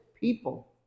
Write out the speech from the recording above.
people